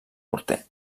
morter